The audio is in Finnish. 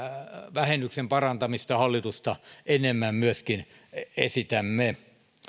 vähennyksen parantamista hallitusta enemmän myöskin esitämme